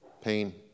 pain